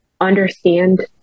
understand